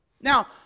Now